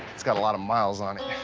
it's got a lot of miles on